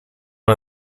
one